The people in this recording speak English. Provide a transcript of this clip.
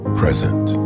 present